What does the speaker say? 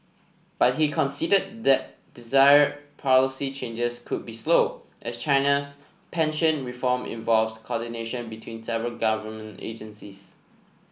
but he conceded that desired policy changes could be slow as China's pension reform involves coordination between several government agencies